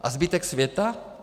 A zbytek světa?